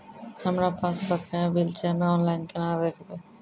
हमरा पास बकाया बिल छै हम्मे ऑनलाइन केना देखबै?